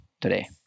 today